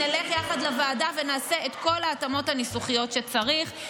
נלך יחד לוועדה ונעשה את כל ההתאמות הניסוחיות שצריך.